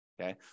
okay